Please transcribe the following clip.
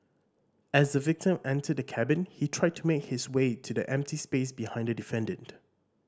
as the victim entered the cabin he tried to make his way to the empty space behind the defendant